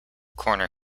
corner